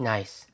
Nice